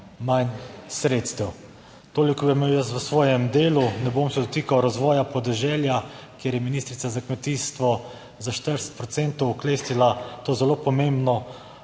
manj sredstev. Toliko bi imel jaz v svojem delu. Ne bom se dotikal razvoja podeželja, kjer je ministrica za kmetijstvo za 40 procentov oklestila to zelo pomembno